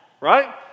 right